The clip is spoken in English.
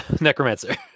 necromancer